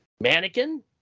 mannequin